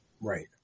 Right